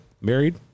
Married